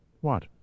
What